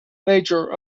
nature